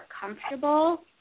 comfortable